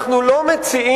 אנחנו לא מציעים,